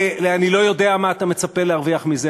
אני לא יודע מה אתה מצפה להרוויח מזה,